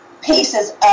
pieces